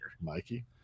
Mikey